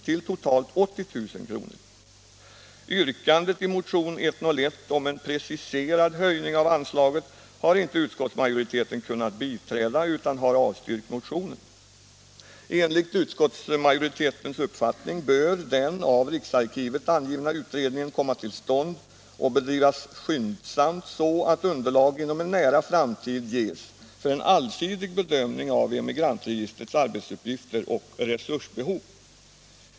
till totalt 80 000 kr. har inte utskottsmajoriteten kunnat biträda utan har avstyrkt motionen. Nr 84 Enligt utskottsmajoritetens uppfattning bör den av riksarkivet angivna utredningen komma till stånd och bedrivas skyndsamt, så att underlag inom en nära framtid ges för en allsidig bedömning av Emigrantregistrets LL arbetsuppgifter och resursbehov.